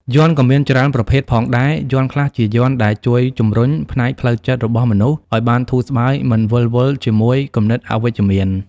យ័ន្តក៏មានច្រើនប្រភេទផងដែរយ័ន្តខ្លះជាយ័ន្តដែលជួយជម្រុញផ្នែកផ្លូវចិត្តរបស់មនុស្សឲ្យបានធូរស្បើយមិនវិលវល់ជាមួយគំនិតអវិជ្ជមាន